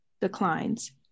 declines